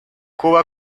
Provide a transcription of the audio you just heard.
cuba